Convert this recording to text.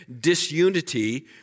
disunity